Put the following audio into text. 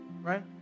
Right